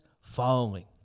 following